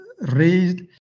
raised